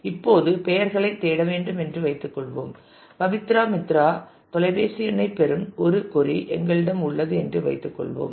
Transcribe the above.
இப்போது பெயர்களைத் தேட வேண்டும் என்று வைத்துக் கொள்வோம் பபித்ரா மித்ராவின் தொலைபேசி எண்ணைப் பெறும் ஒரு கொறி எங்களிடம் உள்ளது என்று வைத்துக்கொள்வோம்